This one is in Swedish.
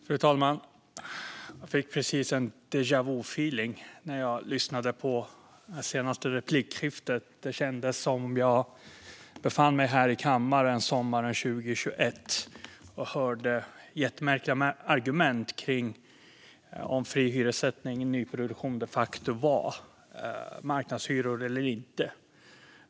Fru talman! Jag fick precis en déjà vu-feeling när jag lyssnade på det senaste replikskiftet. Det kändes som om jag befann mig här i kammaren sommaren 2021 och hörde jättemärkliga argument om fri hyressättning i nyproduktion de facto innebar marknadshyror eller inte.